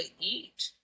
eat